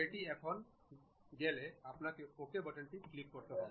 এটি হয়ে গেলে আপনাকে OK বাটনটি ক্লিক করতে হবে